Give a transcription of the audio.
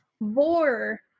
vor